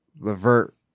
Levert